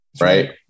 right